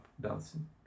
dancing